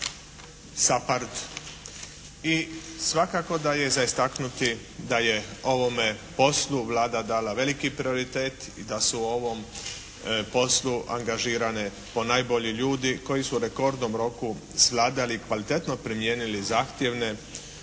i svakako da je za istaknuti da je ovome poslu Vlada dala veliki prioritet i da su u ovom poslu angažirani ponajbolji ljudi koji su u rekordnom roku svladali i kvalitetno primijenili zahtjevne